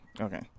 Okay